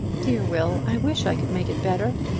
dear will, i wish i could make it better.